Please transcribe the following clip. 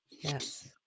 yes